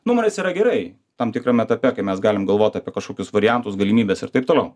nuomonės yra gerai tam tikram etape kai mes galim galvot apie kažkokius variantus galimybes ir taip toliau